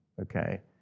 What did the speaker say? okay